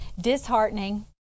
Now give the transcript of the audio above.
disheartening